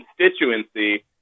constituency